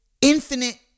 infinite